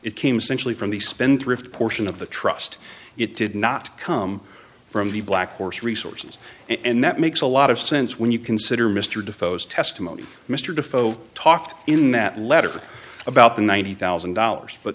simply from the spendthrift portion of the trust it did not come from the black horse resources and that makes a lot of sense when you consider mr defoe's testimony mr defoe talked in that letter about the ninety thousand dollars but